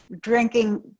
drinking